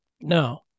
No